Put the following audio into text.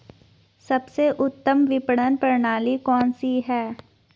सबसे उत्तम विपणन प्रणाली कौन सी है?